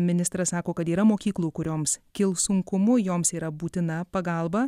ministras sako kad yra mokyklų kurioms kils sunkumų joms yra būtina pagalba